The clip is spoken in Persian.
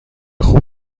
خوب